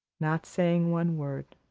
not saying one word,